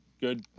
good